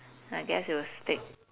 I guess it will stick